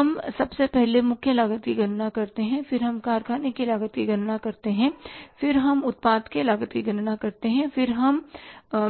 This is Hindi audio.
हम सबसे पहले मुख्य लागत की गणना करते हैं फिर हम कारखाने की लागत की गणना करते हैं फिर हम उत्पादन की लागत की गणना करते हैं और फिर हम